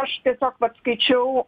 aš tiesiog paskaičiau